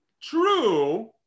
True